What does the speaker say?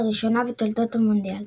לראשונה בתולדות המונדיאל.